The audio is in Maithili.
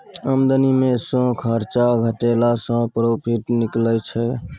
आमदनी मे सँ खरचा घटेला सँ प्रोफिट निकलै छै